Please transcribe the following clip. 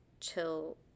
chill